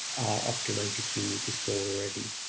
are up to ninety three meters tall already.